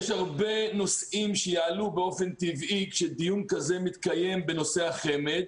יש הרבה נושאים שיעלו באופן טבעי כשדיון כזה מתקיים בנושא החמ"ד,